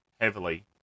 heavily